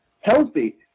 healthy